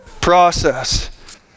process